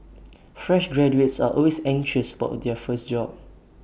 fresh graduates are always anxious about their first job